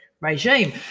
regime